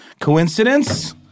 Coincidence